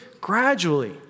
gradually